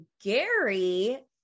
Gary